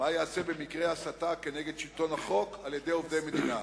מה ייעשה במקרה של הסתה כנגד שלטון החוק על-ידי עובדי מדינה?